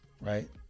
right